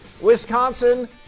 Wisconsin